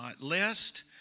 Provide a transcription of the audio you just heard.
lest